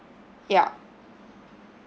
ya